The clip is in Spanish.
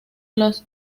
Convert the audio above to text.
las